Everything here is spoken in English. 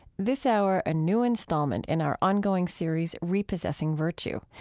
this hour, a new installment in our ongoing series repossessing virtue,